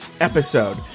episode